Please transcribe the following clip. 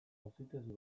auzitegi